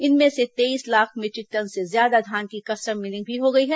इनमें से तेईस लाख मीट्रिक टन से ज्यादा धान की कस्टम मिलिंग भी हो गई है